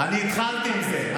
אני התחלתי עם זה.